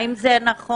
האם זה נכון?